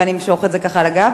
ואני אמשוך את זה כך על הגב.